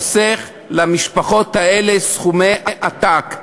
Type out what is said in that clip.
חוסך למשפחות האלה סכומי עתק,